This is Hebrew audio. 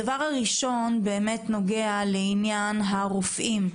הדבר הראשון נוגע לעניין הרופאים.